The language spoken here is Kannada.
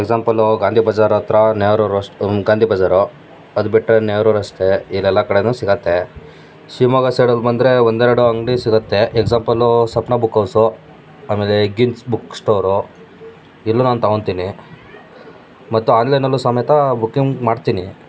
ಎಕ್ಸಾಂಪಲು ಗಾಂಧಿ ಬಜಾರು ಹತ್ತಿರ ನೆಹರೂ ರೋಸ್ಟ್ ಗಾಂಧಿ ಬಜಾರು ಅದು ಬಿಟ್ಟರೆ ನೆಹರು ರಸ್ತೆ ಇಲ್ಲಿ ಎಲ್ಲ ಕಡೆಯೂ ಸಿಗುತ್ತೆ ಶಿವಮೊಗ್ಗ ಸೈಡಲ್ಲಿ ಬಂದರೆ ಒಂದೆರಡು ಅಂಗಡಿ ಸಿಗುತ್ತೆ ಎಕ್ಸಾಂಪಲು ಸಪ್ನ ಬುಕ್ ಹೌಸು ಆಮೇಲೆ ಹಿಗ್ಗಿನ್ಸ್ ಬುಕ್ ಸ್ಟೋರು ಇಲ್ಲೂ ನಾನು ತೊಗೊಂತೀನಿ ಮತ್ತು ಆನ್ಲೈನಲ್ಲೂ ಸಮೇತ ಬುಕಿಂಗ್ ಮಾಡ್ತೀನಿ